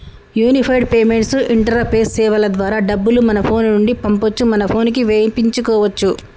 unified payments interface సేవల ద్వారా డబ్బులు మన ఫోను నుండి పంపొచ్చు మన పోనుకి వేపించుకోచ్చు